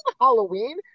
Halloween